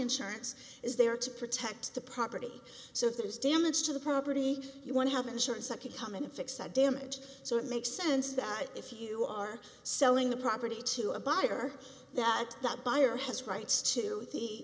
insurance is there to protect the property so if there's damage to the property you want to have insurance that could come in and fix that damage so it makes sense that if you are selling the property to a buyer that that buyer has rights to the